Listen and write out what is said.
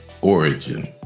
origin